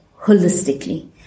holistically